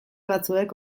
batzuek